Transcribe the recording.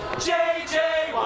j j